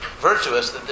virtuous